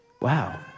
Wow